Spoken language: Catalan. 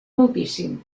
moltíssim